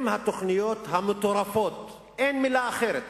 אם התוכניות המטורפות, אין מלה אחרת,